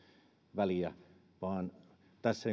väliä vaan tässä